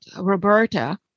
Roberta